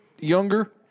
younger